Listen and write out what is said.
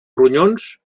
ronyons